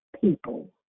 people